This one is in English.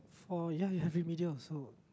for ya ya remedial also